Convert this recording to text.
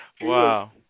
Wow